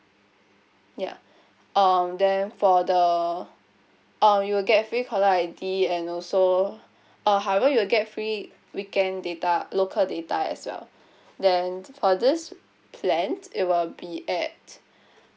ya um then for the um you'll get free caller I_D and also uh however you'll get free weekend data local data as well then for this plan it will be at